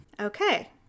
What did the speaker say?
Okay